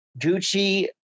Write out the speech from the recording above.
Gucci